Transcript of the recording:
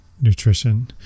nutrition